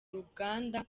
ruganda